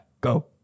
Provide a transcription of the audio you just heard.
Go